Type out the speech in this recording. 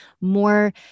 more